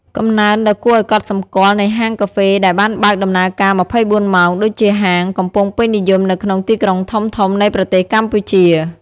កំណើនដ៏គួរឲ្យកត់សម្គាល់នៃហាងកាហ្វេដែលបើកដំណើរការ ២៤ ម៉ោង ដូចជាហាង កំពុងពេញនិយមនៅក្នុងទីក្រុងធំៗនៃប្រទេសកម្ពុជា។